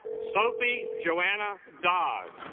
sophie johanna dog